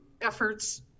efforts